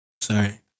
Sorry